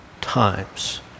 times